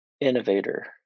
innovator